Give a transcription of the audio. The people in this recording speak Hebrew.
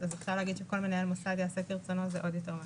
לומר שכל מנהל מוסד יעשה כרצונו, זה עוד יותר.